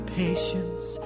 patience